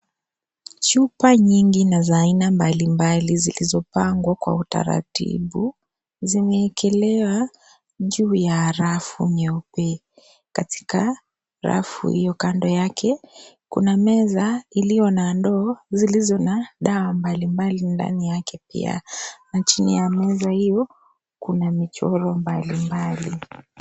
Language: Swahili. Chupa nyingi na za aina mbalimbali zilizopangwa kwa utaratibu zimeekelewa kwenye rafu nyeupe katika rafu hiyo kando yake kuna meza iliyo na ndoo zilizo na dawa mbalimbali ndani yake pia na chini ya meza hio kuna michoro mbali mbali.